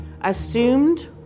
assumed